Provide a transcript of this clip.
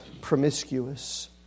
promiscuous